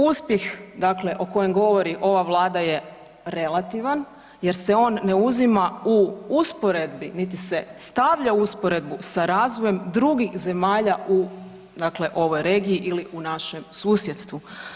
Uspjeh dakle o kojem govori ova Vlada je relativan jer se on ne uzima u usporedbi niti se stavlja u usporedbu sa razvojem drugih zemalja u, dakle u ovoj regiji ili u našem susjedstvu.